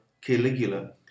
Caligula